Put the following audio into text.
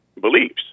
beliefs